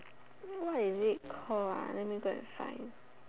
what is it called ah let me go and find